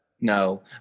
No